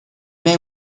may